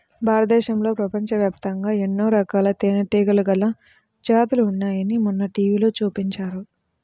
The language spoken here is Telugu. భారతదేశంలో, ప్రపంచవ్యాప్తంగా ఎన్నో రకాల తేనెటీగల జాతులు ఉన్నాయని మొన్న టీవీలో చూపించారు